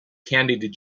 candied